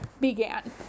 began